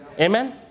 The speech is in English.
Amen